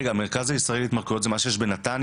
רגע, המרכז הישראלי להתמכרויות זה מה שיש בנתניה?